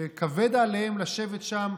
שכבד עליהם לשבת שם,